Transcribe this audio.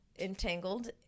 entangled